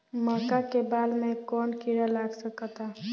मका के बाल में कवन किड़ा लाग सकता?